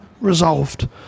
resolved